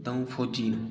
द'ऊं फौजी न